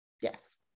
yes